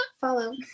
follow